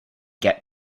get